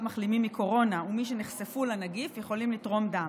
מחלימים מקורונה ומי שנחשפו לנגיף יכולים לתרום דם.